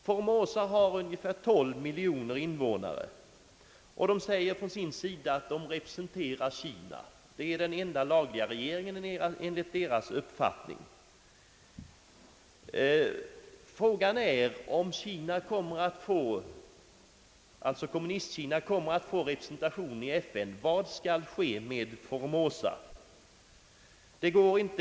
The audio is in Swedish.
Formosa har ungefär 12 miljoner invånare och säger att det representerar Kina och är dess lagliga regering — det är dess uppfattning. Frågan är: Om Kommunistkina kommer att få representation i FN, vad skall ske med Formosa?